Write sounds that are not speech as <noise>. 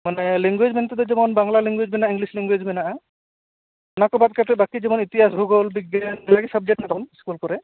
ᱢᱟᱱᱮ ᱞᱮᱝᱜᱩᱭᱮᱡ ᱢᱮᱱᱛᱮᱫᱚ ᱵᱟᱝᱞᱟ ᱞᱮᱝᱜᱩᱭᱮᱡ ᱢᱮᱱᱟᱜᱼᱟ ᱤᱝᱞᱤᱥ ᱞᱮᱝᱜᱩᱭᱮᱡ ᱢᱮᱱᱟᱜᱼᱟ ᱚᱱᱟ ᱠᱚ ᱵᱟᱫ ᱠᱟᱛᱮᱫ ᱵᱟᱹᱠᱤ ᱡᱮᱢᱚᱱ ᱤᱛᱤᱦᱟᱥ ᱵᱷᱩᱜᱳᱞ ᱵᱤᱜᱽᱜᱟᱱ <unintelligible> ᱤᱥᱠᱩ ᱠᱚᱨᱮ